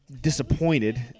disappointed